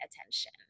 attention